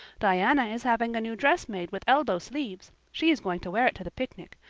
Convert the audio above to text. diana is having a new dress made with elbow sleeves. she is going to wear it to the picnic.